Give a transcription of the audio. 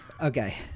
Okay